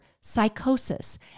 psychosis